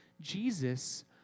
Jesus